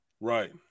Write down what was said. Right